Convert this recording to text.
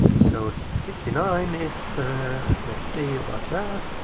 so sixty nine is, ah, let's see about that.